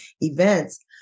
events